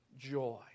joy